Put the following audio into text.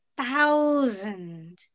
thousand